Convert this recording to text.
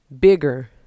bigger